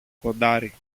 κοντάρι